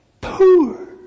Poor